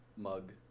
mug